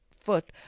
foot